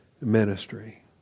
ministry